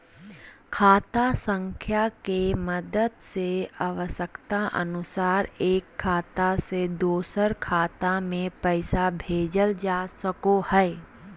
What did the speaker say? खाता संख्या के मदद से आवश्यकता अनुसार एक खाता से दोसर खाता मे पैसा भेजल जा सको हय